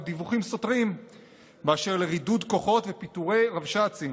דיווחים סותרים באשר לרידוד כוחות ופיטורי רבש"צים.